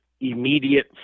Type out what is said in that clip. immediate